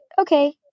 Okay